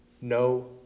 No